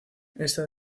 esta